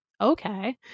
okay